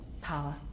power